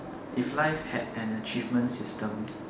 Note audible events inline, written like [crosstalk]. if life had an achievement system [noise]